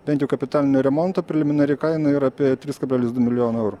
bent jau kapitalinio remonto preliminari kaina yra apie tris kablelis du milijono eurų